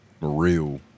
real